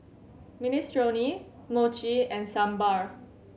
Minestrone Mochi and Sambar